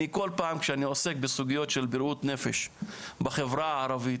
אני כל פעם כשאני עוסק בסוגיות של בריאות הנפש בחברה הערבית,